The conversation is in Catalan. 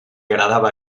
agradava